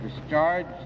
Discharge